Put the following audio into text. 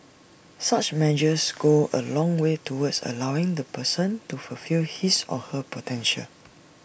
such measures go A long way towards allowing the person to fulfil his or her potential